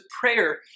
prayer